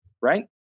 right